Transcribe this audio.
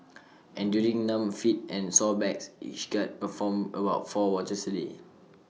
enduring numb feet and sore backs each guard performed about four watches A day